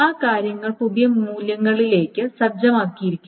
ആ കാര്യങ്ങൾ പുതിയ മൂല്യങ്ങളിലേക്ക് സജ്ജമാക്കിയിരിക്കുന്നു